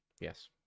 Yes